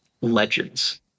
legends